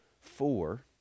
four